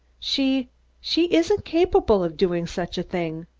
she she isn't capable of doing such a thing.